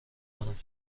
کنم